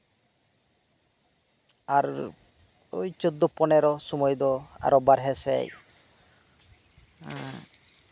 ᱟᱨ ᱳᱭ ᱪᱳᱫᱽᱫᱳ ᱯᱚᱱᱮᱨᱳ ᱥᱚᱢᱚᱭ ᱫᱚ ᱟᱨᱦᱚᱸ ᱵᱟᱦᱨᱮ ᱥᱮᱫ ᱮᱜ